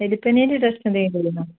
എലിപ്പനീന്റെ test എന്തെങ്കിലും ചെയ്യണോ